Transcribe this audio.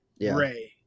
Ray